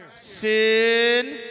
Sin